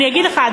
אני אגיד לך,